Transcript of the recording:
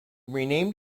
renamed